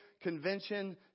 Convention